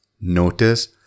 Notice